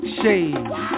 shades